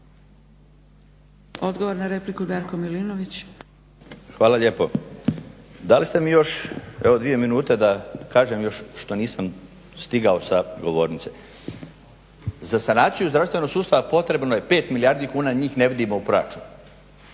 **Milinović, Darko (HDZ)** Hvala lijepo. Dali ste mi još evo dvije minute da kažem još što nisam stigao sa govornice. Za sanaciju zdravstvenog sustava potrebno je 5 milijardi kuna, njih ne vidimo u proračunu.